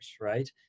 right